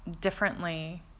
differently